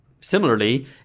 similarly